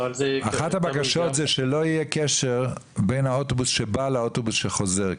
אחת הבקשות זה שלא יהיה קשר בין האוטובוס שבא לאוטובוס שחוזר.